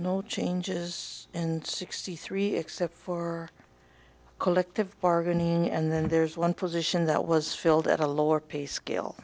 no changes and sixty three except for collective bargaining and then there's one position that was filled at a lower pay scale